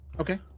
Okay